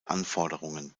anforderungen